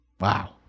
Wow